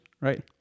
right